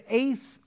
eighth